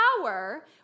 power